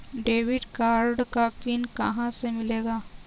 Debit card का PIN कहां से मिलेगा?